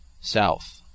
south